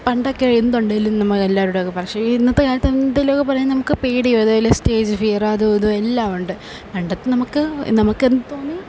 പണ്ടൊക്കെ എന്തുണ്ടെങ്കിലും നമ്മളെല്ലാവരോടുമത് പറയും പക്ഷേ ഇന്നത്തെക്കാലത്ത് എന്തെങ്കിലുമൊക്കെ പറയാൻ നമുക്ക് പേടിയാണ് അതേപോലെ സ്റ്റേജ് ഫിയർ അതുമിതുമെല്ലാമുണ്ട് പണ്ടത്തെ നമ്മൾക്ക് നമുക്കെന്ത് തോന്നിയാൽ